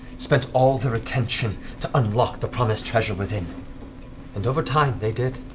spent all their attention to unlock the promised treasure within and over time, they did.